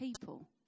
people